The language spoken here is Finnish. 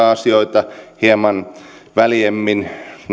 asioita hieman väljemmin